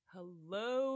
Hello